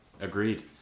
agreed